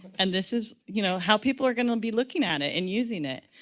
and this is, you know, how people are going to and be looking at it and using it.